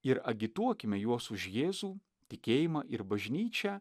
ir agituokime juos už jėzų tikėjimą ir bažnyčią